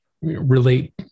relate